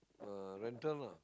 uh rental lah